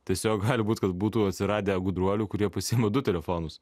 tiesiog gali būt kad būtų atsiradę gudruolių kurie pasiima du telefonus